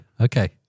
okay